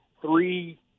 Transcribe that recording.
three